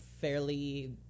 fairly